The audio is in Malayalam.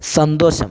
സന്തോഷം